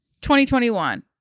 2021